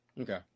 Okay